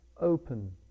open